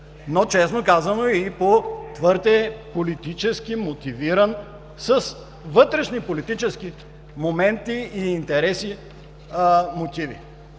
но, честно казано, и твърде политически мотивиран с вътрешни политически моменти и интереси.